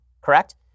correct